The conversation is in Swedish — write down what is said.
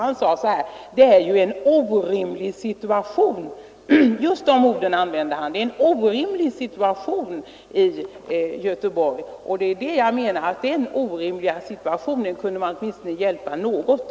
Han anförde: ”Det är en orimlig situation i Göteborg.” Den orimliga situationen kunde han avhjälpt.